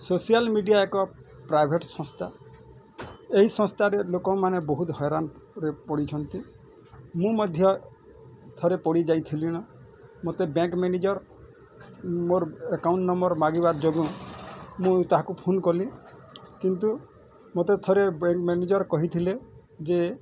social media ଏକ private ସଂସ୍ଥା ଏହି ସଂସ୍ଥାରେ ଲୋକମାନେ ବହୁତ ହଇରାଣରେ ପଡ଼ିଛନ୍ତି ମୁଁ ମଧ୍ୟ ଥରେ ପଡ଼ିଯାଇଥିଲିଣ ମୋତେ ବ୍ୟାଙ୍କ ମ୍ୟାନେଜର୍ ମୋର୍ ଏକାଉଣ୍ଟ ନମ୍ବର୍ ମାଗିବା ଯୋଗୁଁ ମୁଁ ତାହାକୁ ଫୋନ୍ କଲି କିନ୍ତୁ ମୋତେ ଥରେ ବ୍ୟାଙ୍କ ମ୍ୟାନେଜର୍ କହିଥିଲେ ଯେ